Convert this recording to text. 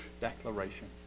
Declaration